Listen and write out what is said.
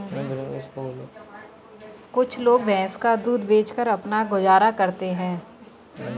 कुछ लोग भैंस का दूध बेचकर अपना गुजारा करते हैं